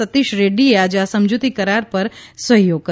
સતીષ રેડ્ડીએ આજે આ સમજૂતી કરાર પર સહીઓ કરી